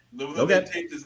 Okay